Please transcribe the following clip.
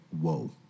whoa